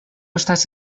estas